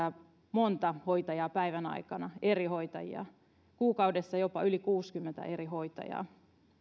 monta hoitajaa päivän aikana eri hoitajia kuukaudessa jopa yli kuusikymmentä eri hoitajaa